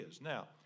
Now